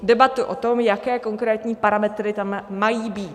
debatu o tom, jaké konkrétní parametry tam mají být.